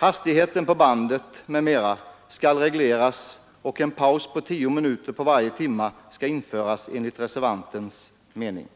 Hastigheten på bandet m.m. skall regleras och en paus på 10 minuter varje timme skall införas enligt reservantens mening.